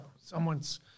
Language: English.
Someone's